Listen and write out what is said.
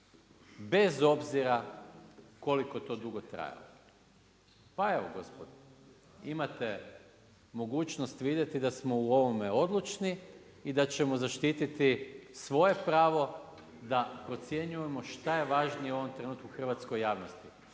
bez obzira koliko to dugo trajalo. Pa evo gospodo, imate mogućnost vidjeti da smo u ovome odlučni i da ćemo zaštiti svoje pravo da procjenjujemo šta je važnije u ovome trenutku hrvatskoj javnosti,